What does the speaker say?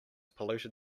polluted